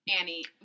Annie